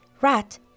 Rat